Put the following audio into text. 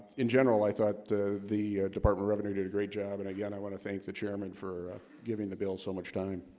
in general i thought the the department revenue did a great job and again i want to thank the chairman for giving the bill so much time